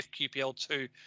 FQPL2